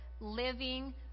living